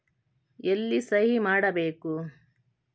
ಎಲ್ಲಿ ಸಹಿ ಮಾಡಬೇಕು?